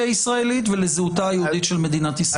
הישראלית ולזהותה היהודית של מדינת ישראל.